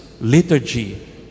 liturgy